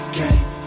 game